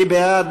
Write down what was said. מי בעד?